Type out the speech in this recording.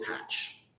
patch